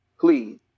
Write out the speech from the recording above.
please